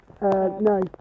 no